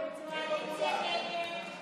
אפילו בתקציב של 11